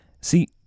See